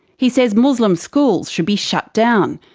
he says muslim schools should be shut down,